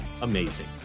amazing